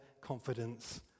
confidence